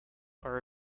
are